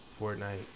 Fortnite